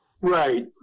right